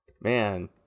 Man